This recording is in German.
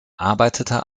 arbeitete